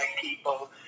people